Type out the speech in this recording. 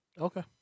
Okay